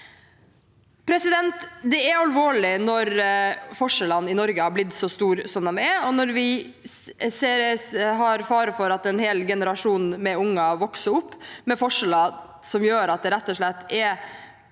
arrangerer. Det er alvorlig når forskjellene i Norge har blitt så store som de er, og når det er fare for at en hel generasjon med unger vokser opp med forskjeller som gjør at det rett og slett er